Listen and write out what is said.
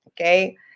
Okay